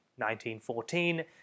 1914